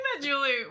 Julie